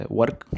work